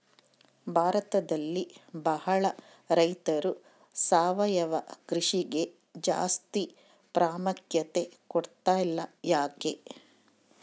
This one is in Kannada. ಭಾರತದಲ್ಲಿ ಬಹಳ ರೈತರು ಸಾವಯವ ಕೃಷಿಗೆ ಜಾಸ್ತಿ ಪ್ರಾಮುಖ್ಯತೆ ಕೊಡ್ತಿಲ್ಲ ಯಾಕೆ?